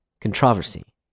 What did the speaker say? Controversy